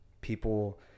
People